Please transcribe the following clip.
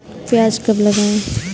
प्याज कब लगाएँ?